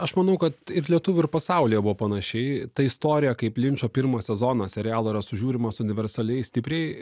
aš manau kad ir lietuvių ir pasaulyje buvo panašiai ta istorija kaip linčo pirmo sezono serialo yra sužiūrimas universaliai stipriai